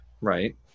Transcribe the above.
Right